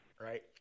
right